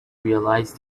realize